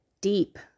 deep